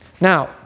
Now